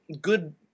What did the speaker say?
good